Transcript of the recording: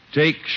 take